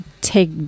take